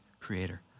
creator